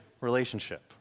relationship